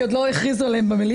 כי עוד לא הכריזו עליהן במליאה.